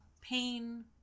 pain